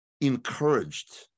encouraged